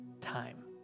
time